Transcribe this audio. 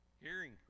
hearing